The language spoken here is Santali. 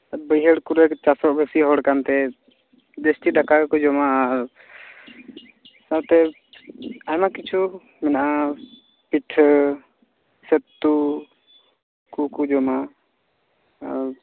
ᱵᱟᱹᱭᱦᱟᱹᱲ ᱠᱚᱨᱮᱱ ᱪᱟᱹᱥᱤᱼᱵᱟᱹᱥᱤ ᱦᱚᱲ ᱠᱟᱱᱛᱮ ᱡᱟᱹᱥᱛᱤ ᱫᱟᱠᱟ ᱜᱮᱠᱚ ᱡᱚᱢᱟ ᱥᱟᱶᱛᱮ ᱟᱭᱢᱟ ᱠᱤᱪᱷᱩ ᱢᱮᱱᱟᱜᱼᱟ ᱯᱤᱴᱷᱟᱹ ᱥᱟᱹᱛᱛᱩ ᱠᱚᱠᱚ ᱡᱚᱢᱟ ᱟᱨ